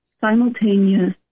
simultaneous